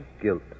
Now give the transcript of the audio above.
guilt